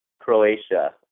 Croatia